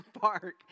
park